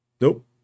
Nope